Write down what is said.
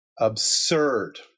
absurd